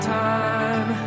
time